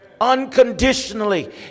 Unconditionally